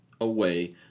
away